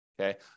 okay